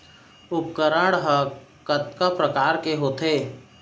उपकरण हा कतका प्रकार के होथे?